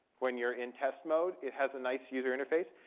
when you're in test mode, it has a nice user interface.